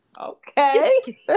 Okay